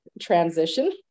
transition